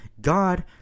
God